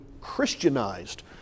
Christianized